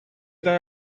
they